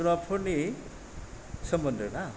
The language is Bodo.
जुनारफोरनि सोमोन्दो ना